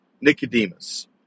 Nicodemus